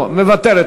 לא, מוותרת.